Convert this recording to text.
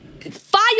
fire